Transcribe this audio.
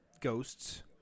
ghosts